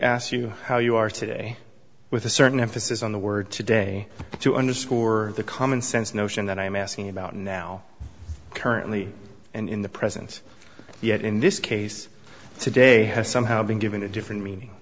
asks you how you are today with a certain emphasis on the word today to underscore the common sense notion that i am asking about now currently and in the present yet in this case today has somehow been given a different meaning